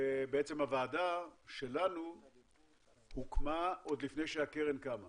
הוועדה שלנו הוקמה עוד לפני שהקרן קמה.